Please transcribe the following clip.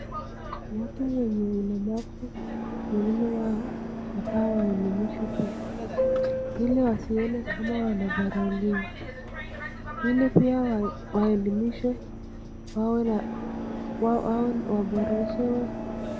Watu wenye ulemavu, wengine wao wanafaa wa elimishwe pia ili wasione mama wanadharauliwa ili pia waalimshe, waweboreshwe.